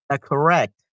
correct